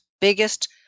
biggest